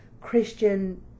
Christian